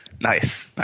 Nice